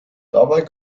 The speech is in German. dabei